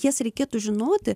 jas reikėtų žinoti